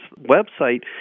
website